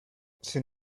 sin